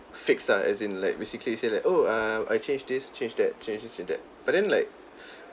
fixed lah as in like basically he say like oh err I change this change that change this change that but then like